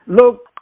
Look